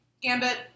Gambit